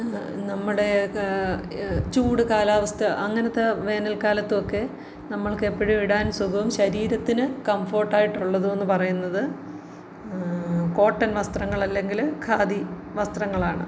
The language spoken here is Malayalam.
നമ്മുടെ ചൂട് കാലാവസ്ഥ അങ്ങനത്തെ വേനൽ കാലത്തുമൊക്കെ നമുക്ക് എപ്പോഴും ഇടാൻ സുഖവും ശരീരത്തിന് കംഫോർട്ട് ആയിട്ടുള്ളതും എന്ന് പറയുന്നത് കോട്ടൺ വസ്ത്രങ്ങൾ അല്ലെങ്കിൽ ഖാദി വസ്ത്രങ്ങളാണ്